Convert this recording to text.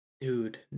Dude